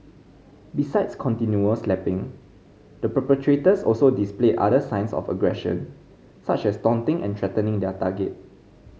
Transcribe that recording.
besides continual slapping the perpetrators also displayed other signs of aggression such as taunting and threatening their target